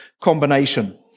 combination